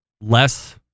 less